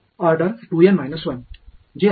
order 2 N 1 जे आहे